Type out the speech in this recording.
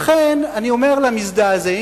לכן אני אומר למזדעזעים: